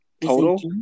Total